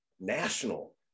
national